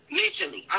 mentally